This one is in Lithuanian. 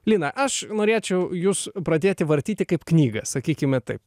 lina aš norėčiau jus pradėti vartyti kaip knygą sakykime taip